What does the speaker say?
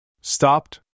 Stopped